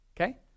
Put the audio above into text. okay